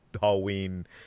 Halloween